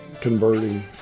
converting